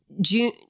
june